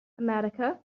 america